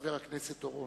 חבר הכנסת אורון.